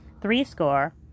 threescore